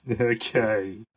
okay